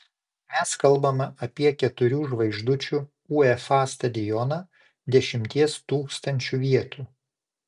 mes kalbame apie keturių žvaigždučių uefa stadioną dešimties tūkstančių vietų